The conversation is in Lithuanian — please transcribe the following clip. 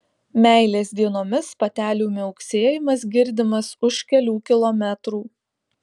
meilės dienomis patelių miauksėjimas girdimas už kelių kilometrų